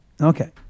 Okay